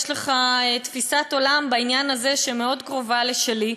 יש לך בעניין הזה תפיסת עולם מאוד קרובה לשלי,